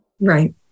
right